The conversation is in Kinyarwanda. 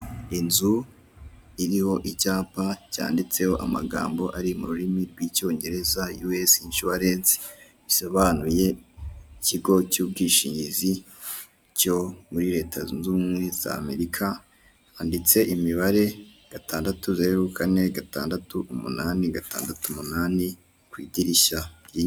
Inzu iriho icyapa cyanditseho amagambo ari mu rurimi rw'icyongereza "yuwesi inshuwarensi", bisobanuye ikigo cy'ubwishingizi cyo muri Leta zunz'ubumwe z'Amerika. Handitse imibare gatandatu zeru kane gatandatu umunani gatandatu umunani kw'idirishya.